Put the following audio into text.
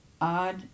odd